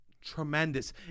Tremendous